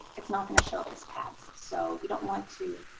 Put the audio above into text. it's not going to show up as tabs. so you don't want to,